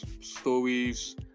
stories